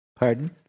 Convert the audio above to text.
Pardon